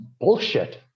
bullshit